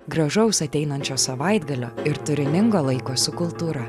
gražaus ateinančio savaitgalio ir turiningo laiko su kultūra